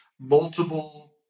multiple